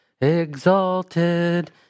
exalted